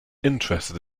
interested